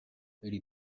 iri